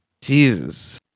Jesus